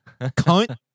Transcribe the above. Cunt